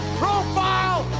profile